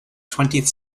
twentieth